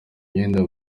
imyenda